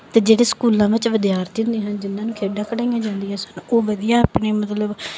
ਅਤੇ ਜਿਹੜੇ ਸਕੂਲਾਂ ਵਿੱਚ ਵਿਦਿਆਰਥੀ ਹੁੰਦੇ ਹਨ ਜਿਨ੍ਹਾਂ ਨੂੰ ਖੇਡਾਂ ਖਿਡਾਈਆਂ ਜਾਂਦੀਆਂ ਸਕੂ ਉਹ ਵਧੀਆ ਆਪਣੇ ਮਤਲਬ